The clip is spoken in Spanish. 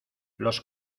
los